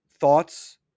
thoughts